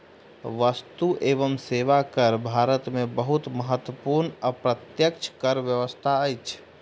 वस्तु एवं सेवा कर भारत में बहुत महत्वपूर्ण अप्रत्यक्ष कर व्यवस्था अछि